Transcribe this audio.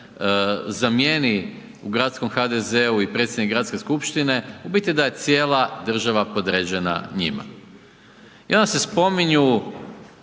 zamjeni u gradskom HDZ-u i predsjednik Gradske skupštine, u biti da je cijela država podređena njima. I onda se spominju